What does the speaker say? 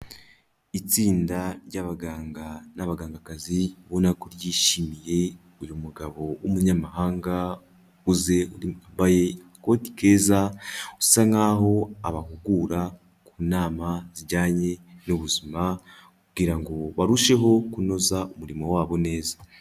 Itsinda ry'abaganga n'abagangakazi, ubona ko ryishimiye uyu mugabo w'umunyamahanga, ukuze, wambaye agakote keza, usa nk'aho abahugura ku nama zijyanye n'ubuzima, kugira ngo barusheho kunoza umurimo wabo neza.